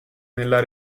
nella